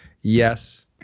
yes